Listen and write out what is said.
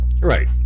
right